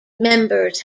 members